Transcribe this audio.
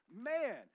Man